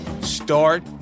start